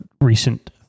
recent